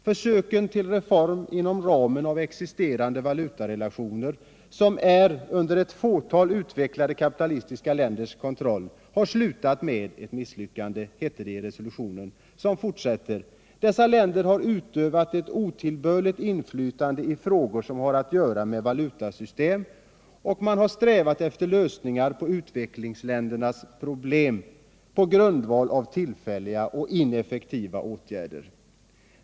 ”Försöken till reform inom ramen av existerande valutarelationer, som är under ett fåtal utvecklade kapitalistiska länders kontroll, har slutat med ett misslyckande”, heter det i resolutionen, som fortsätter: ”Dessa länder har utövat ett otillbörligt inflytande i frågor som har att göra med valutasystemen, och man har strävat efter lösningar på utvecklingsländernas problem på grundval av tillfälliga och ineffektiva åtgärder.